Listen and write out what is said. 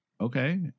okay